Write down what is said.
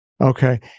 Okay